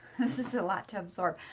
this is a lot to absorb.